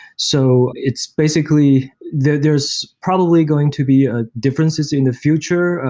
so it's basically there's probably going to be ah differences in the future,